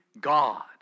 God